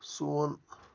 سون